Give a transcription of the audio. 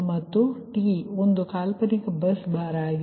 ಮತ್ತು t ಒಂದು ಕಾಲ್ಪನಿಕ ಬಸ್ ಬಾರ್ ಆಗಿದೆ